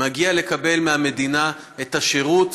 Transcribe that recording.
מגיע לקבל מהמדינה את השירות.